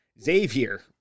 Xavier